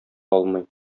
алмый